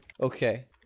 Okay